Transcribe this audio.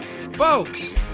Folks